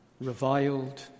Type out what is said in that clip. reviled